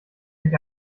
sich